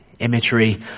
Imagery